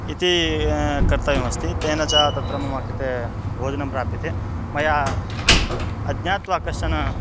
इति कर्तव्यमस्ति तेन च तत्र मम कृते भोजनं प्राप्यते मया अज्ञात्वा कश्चन